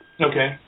Okay